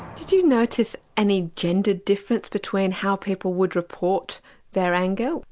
did you notice any gender difference between how people would report their anger?